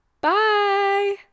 Bye